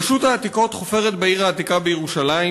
רשות העתיקות חופרת בעיר העתיקה בירושלים,